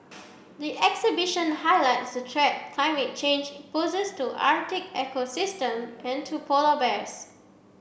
the exhibition highlights threat climate change poses to Arctic ecosystem and to polar bears